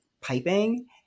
piping